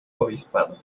obispado